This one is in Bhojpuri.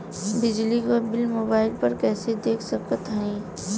बिजली क बिल मोबाइल पर कईसे देख सकत हई?